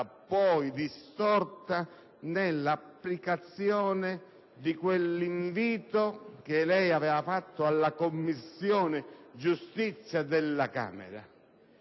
poi distorta nell'applicazione di quell'invito che lei aveva fatto alla Commissione giustizia del Senato.